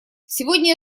сегодня